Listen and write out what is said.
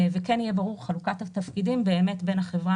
וכן תהיה ברורה חלוקת התפקידים בין החברה